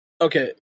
Okay